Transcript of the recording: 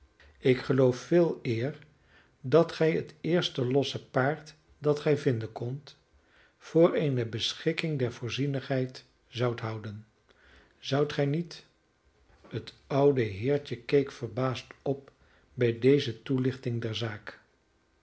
ik geloof veeleer dat gij het eerste losse paard dat gij vinden kondt voor eene beschikking der voorzienigheid zoudt houden zoudt gij niet het oude heertje keek verbaasd op bij deze toelichting der zaak